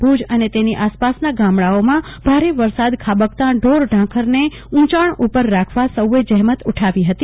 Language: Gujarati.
ભેજ અને તેની આસપાસના ગામડાઓમાં ભાર વરસાદ ખાબકતાં ઢોર ઢાંખરને ઉંચાણ ઉપર રાખવા સૌએ જહેમત ઉઠાવી હતી